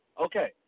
Okay